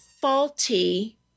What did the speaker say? faulty